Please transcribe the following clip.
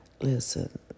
Listen